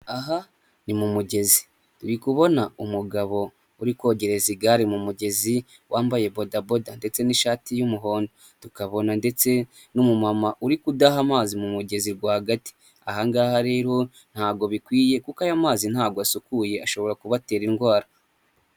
Aha ni mu mugezi turi kubona umugabo uri kogereza igare mu mugezi wambaye bodaboda ndetse n'ishati y'umuhondo, tukabona ndetse n'umumama uri kudaha amazi mu mugezi rwagati, ahangaha rero ntabwo bikwiye kuko aya mazi ntabwo asukuye ashobora kubatera indwara.